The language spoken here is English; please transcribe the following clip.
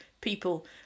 people